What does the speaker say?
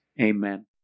Amen